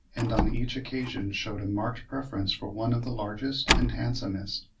and on each occasion shewed a marked preference for one of the largest and handsomest,